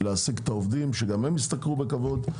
להעסיק את העובדים שגם הם ישתכרו בכבוד.